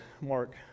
Mark